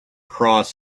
cross